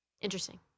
Interesting